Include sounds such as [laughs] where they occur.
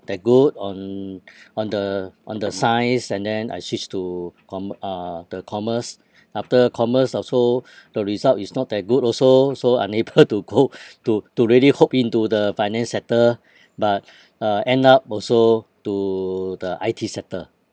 that good on on the on the science and then I switched to com~ uh the commerce after commerce also the result is not that good also so unable [laughs] to go to to really hop into the finance sector but uh end up also to the I_T sector